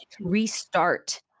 restart